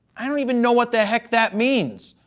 i don't even know what the heck that means.